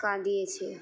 কাঁদিয়েছে